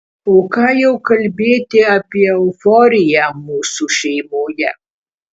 o ką jau kalbėti apie euforiją mūsų šeimoje